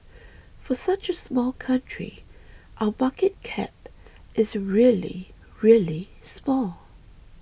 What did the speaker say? for such a small country our market cap is really really small